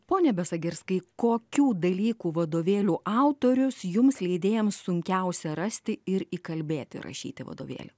pone besagirskai kokių dalykų vadovėlių autorius jums leidėjams sunkiausia rasti ir įkalbėti rašyti vadovėlių